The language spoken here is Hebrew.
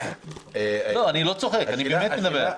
אני לא צוחק, אני מדבר באמת.